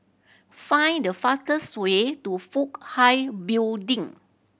find the fastest way to Fook Hai Building